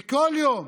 וכל יום